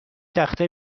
تخته